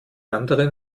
anderen